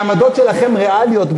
אתם חושבים שהעמדות שלכם ריאליות,